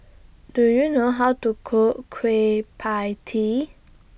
Do YOU know How to Cook Kueh PIE Tee